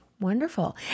Wonderful